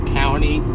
county